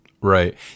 Right